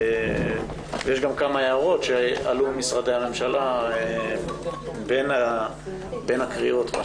יש כמה הערות שעלו ממשרדי הממשלה בין הקריאות.